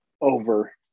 over